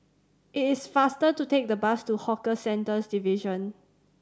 it is faster to take the bus to Hawker Centres Division